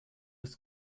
ist